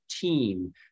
team